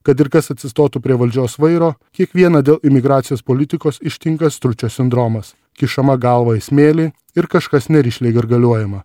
kad ir kas atsistotų prie valdžios vairo kiekvieną dėl imigracijos politikos ištinka stručio sindromas kišama galva į smėlį ir kažkas nerišliai gargaliuojama